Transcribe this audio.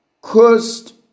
cursed